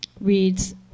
reads